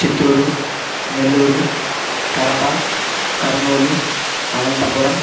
Chittoor Nellore Kadapa Kurnool Anantapuram